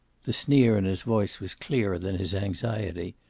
the sneer in his voice was clearer than his anxiety.